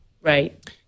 Right